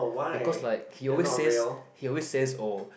because like he always says he always says oh